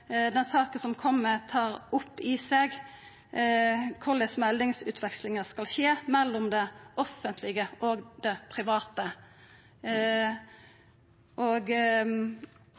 den saka som kjem, tar opp i seg korleis meldingsutvekslingar skal skje mellom det offentlege og det private.